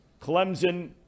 Clemson